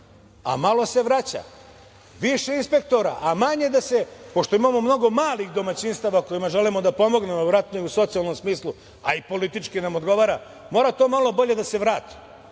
a malo se vraća. Više inspektora a manje da se, pošto imamo mnogo malih domaćinstava kojima želimo da pomognemo u radnom i u socijalnom smislu, a i politički nam odgovara, mora to malo bolje da se vrati.